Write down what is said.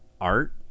art